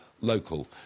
local